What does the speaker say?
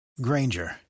Granger